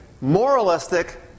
moralistic